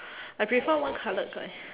I prefer one coloured eye